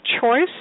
choice